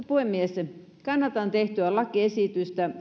puhemies kannatan tehtyä lakiesitystä